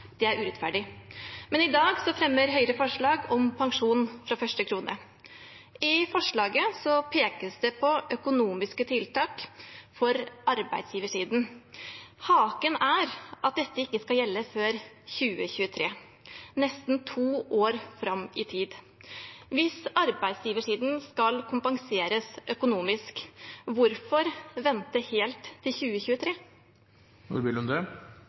Det er urettferdig. Men i dag fremmer Høyre forslag om pensjon fra første krone. I forslaget pekes det på økonomiske tiltak for arbeidsgiversiden. Haken er at dette ikke skal gjelde før 2023, nesten to år fram i tid. Hvis arbeidsgiversiden skal kompenseres økonomisk, hvorfor vente helt til